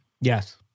yes